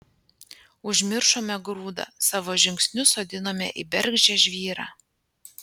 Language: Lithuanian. užmiršome grūdą savo žingsnius sodinome į bergždžią žvyrą